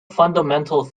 fundamental